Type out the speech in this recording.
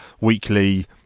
weekly